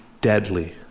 deadly